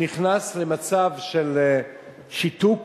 הוא נכנס למצב של שיתוק